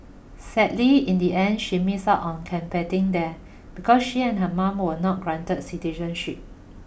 sadly in the end she missed out on competing there because she and her Mom were not granted citizenship